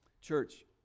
church